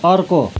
अर्को